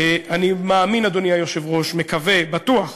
אני מאמין, אדוני היושב-ראש, מקווה, בטוח,